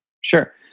Sure